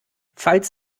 falls